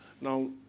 Now